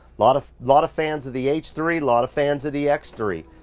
lot of lot of fans of the h three, lot of fans of the x three.